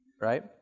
Right